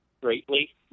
greatly